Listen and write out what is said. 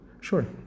Sure